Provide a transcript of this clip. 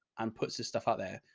um puts this stuff out there.